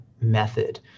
method